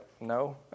no